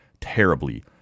terribly